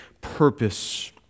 purpose